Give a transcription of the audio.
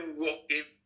walking